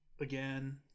again